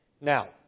Now